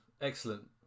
Excellent